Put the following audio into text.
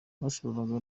bashobora